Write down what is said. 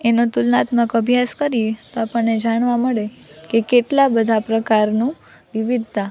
એનો તુલનાત્મક અભ્યાસ કરીએ તો આપણને જાણવા મળે કે કેટલા બધા પ્રકારનું વિવિધતા